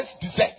deserve